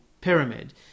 pyramid